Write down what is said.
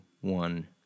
one